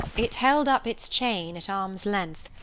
it held up its chain at arm's length,